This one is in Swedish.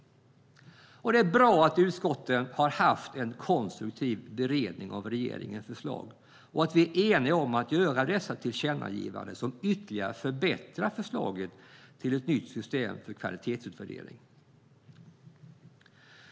Det är bra att utskottet har haft en konstruktiv beredning av regeringens förslag och att vi är eniga om att göra dessa tillkännagivanden som ytterligare förbättrar förslaget till ett nytt system för kvalitetsutvärdering.